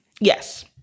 Yes